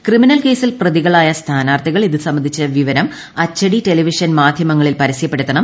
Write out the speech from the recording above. criminal കേസിൽ പ്രതികളായ സ്ഥാനാർഥ്മികൾ ഇതുസംബന്ധിച്ച വിവരം അച്ചടി ടെലിവിഷൻ മാധ്യമങ്ങളിൽ ്പരസ്യപ്പെടുത്തണം